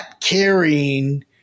carrying